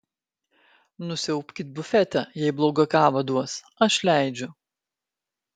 nusiaubkit bufetą jei blogą kavą duos aš leidžiu